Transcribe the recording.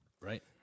Right